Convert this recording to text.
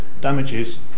damages